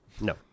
No